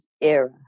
era